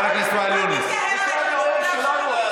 ומה אני אגיד לכם, חבל.